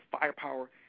firepower